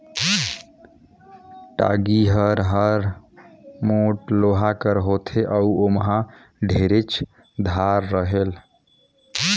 टागी हर मोट लोहा कर होथे अउ ओमहा ढेरेच धार रहेल